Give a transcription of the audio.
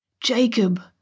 Jacob